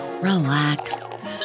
relax